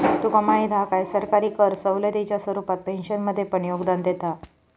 तुका माहीत हा काय, सरकारही कर सवलतीच्या स्वरूपात पेन्शनमध्ये पण योगदान देता